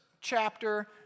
chapter